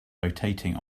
rotating